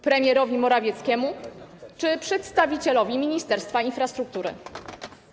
Premierowi Morawieckiemu czy przedstawicielowi Ministerstwa Infrastruktury?